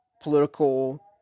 political